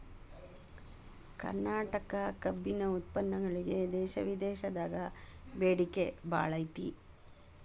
ಕರ್ನಾಟಕ ಕಬ್ಬಿನ ಉತ್ಪನ್ನಗಳಿಗೆ ದೇಶ ವಿದೇಶದಾಗ ಬೇಡಿಕೆ ಬಾಳೈತಿ